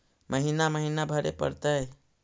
महिना महिना भरे परतैय?